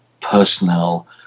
personnel